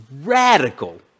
radical